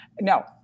No